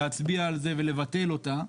להצביע על זה ולבטל אותה,